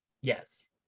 Yes